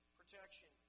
protection